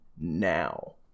now